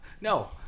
no